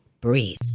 Breathe